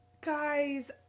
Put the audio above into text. guys